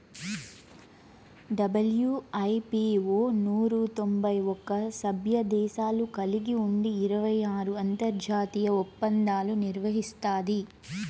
WIPO నూరు తొంభై ఒక్క సభ్యదేశాలు కలిగి ఉండి ఇరవై ఆరు అంతర్జాతీయ ఒప్పందాలు నిర్వహిస్తాది